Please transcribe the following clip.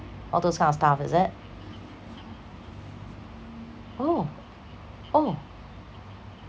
all those kind of stuff is it oh oh